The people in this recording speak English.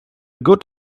good